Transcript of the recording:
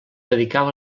dedicava